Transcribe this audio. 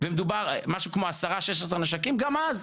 מדובר במשהו כמו עשרה , 16 נשקים, גם אז,